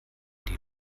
die